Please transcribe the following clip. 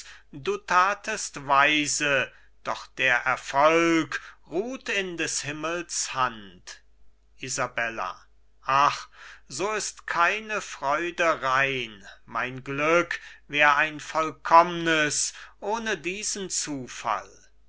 du thatest weise doch der erfolg ruht in des himmels hand isabella ach so ist keine freude rein mein glück wär ein vollkommnes ohne diesen zufall